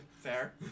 Fair